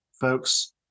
folks